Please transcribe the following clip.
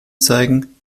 zeigen